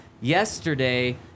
yesterday